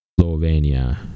Slovenia